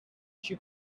she